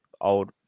old